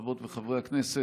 חברות וחברי הכנסת,